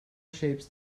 shapes